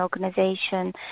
organization